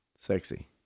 Sexy